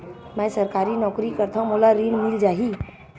मै सरकारी नौकरी करथव मोला ऋण मिल जाही?